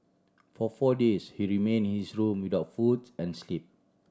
for four days he remain in his room without foods and sleep